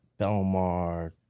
Belmar